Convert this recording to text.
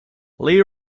lee